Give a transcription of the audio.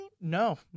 No